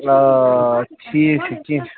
آ ٹھیٖک چھُ کیٚنٛہہ چھُنہٕ